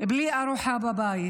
בלי ארוחה בבית.